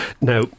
Now